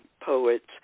poets